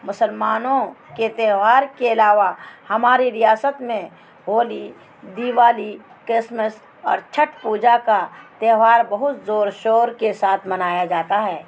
مسلمانوں کے تہوار کے علاوہ ہماری ریاست میں ہولی دیوالی کرسمس اور چھٹ پوجا کا تہوار بہت زور شور کے ساتھ منایا جاتا ہے